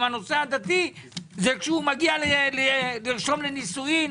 הנושא הדתי זה כשהוא מגיע לרשום לנישואין.